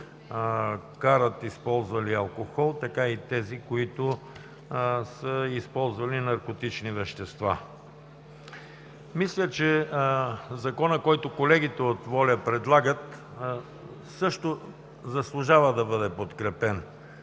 карат, използвали алкохол, така и тези, които са използвали наркотични вещества. Мисля, че Законопроектът, който предлагат колегите от „Воля“, също заслужава да бъде подкрепен.